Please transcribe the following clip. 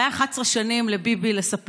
היו לביבי 11 שנים לספח.